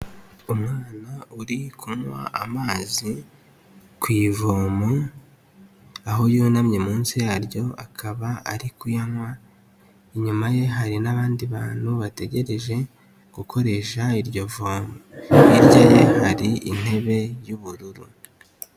Umwana uri kunywa amazi ku ivomo aho yunamye munsi yaryo akaba ari kuyanywa, inyuma ye hari n'abandi bantu bategereje gukoresha iryo vomo hirya ye hari intebe y'ubururu.